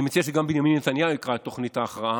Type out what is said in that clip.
אני מציע שגם בנימין נתניהו יקרא את תוכנית ההכרעה,